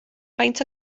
faint